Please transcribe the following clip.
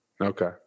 Okay